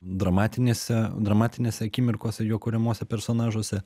dramatinėse dramatinėse akimirkose jo kuriamuose personažuose